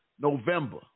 November